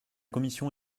commission